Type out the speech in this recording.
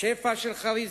שפע של כריזמה,